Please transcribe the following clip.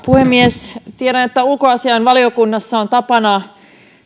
puhemies tiedän että ulkoasiainvaliokunnassa on tapana